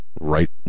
Right